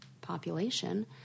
population